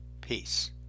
Peace